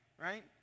right